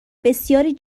بسیاری